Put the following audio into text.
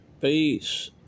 peace